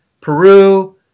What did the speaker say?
Peru